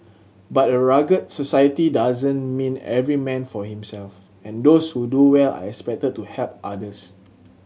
but a rugged society doesn't mean every man for himself and those who do well are expected to help others